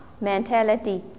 mentality